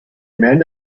man